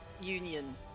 Union